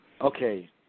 Okay